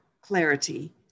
clarity